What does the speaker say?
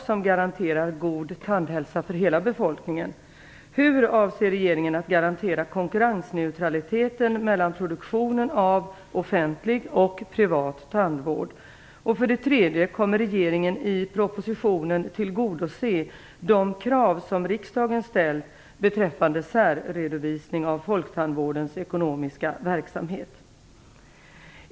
Kommer regeringen i propositionen att tillgodose de krav som riksdagen ställt beträffande särredovisning av folktandvårdens ekonomiska verksamhet?